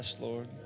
Lord